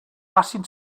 facin